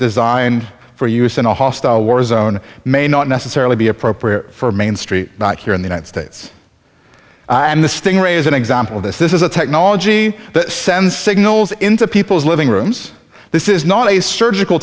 designed for use in a hostile war zone may not necessarily be appropriate for main street but here in the united states and the sting ray is an example of this this is a technology that sends signals into people's living rooms this is not a surgical